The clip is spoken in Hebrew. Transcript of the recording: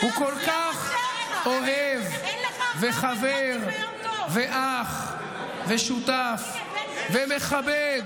הוא כל כך אוהב, וחבר, ואח, ושותף ומכבד.